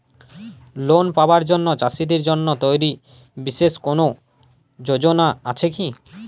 Loan পাবার জন্য চাষীদের জন্য তৈরি বিশেষ কোনো যোজনা আছে কি?